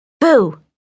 Boo